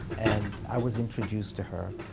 and i was introduced to her,